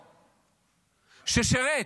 ששירת,